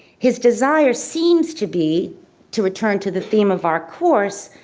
his desire seems to be to return to the theme of our course,